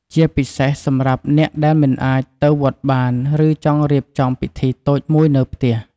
ជាពិសេសសម្រាប់អ្នកដែលមិនអាចទៅវត្តបាន ឬចង់រៀបចំពិធីតូចមួយនៅផ្ទះ។